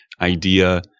idea